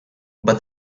but